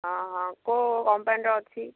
ଓଃ କେଉଁ କମ୍ପାନୀର ଅଛି